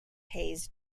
hayes